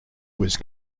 was